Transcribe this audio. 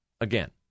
Again